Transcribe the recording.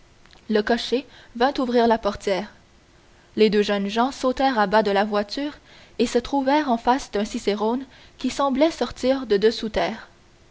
le cocher vint ouvrir la portière les deux jeunes gens sautèrent à bas de la voiture et se trouvèrent en face d'un cicérone qui semblait sortir de dessous terre